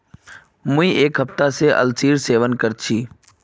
मुई एक हफ्ता स अलसीर सेवन कर छि